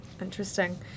Interesting